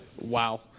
Wow